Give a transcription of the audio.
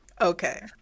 okay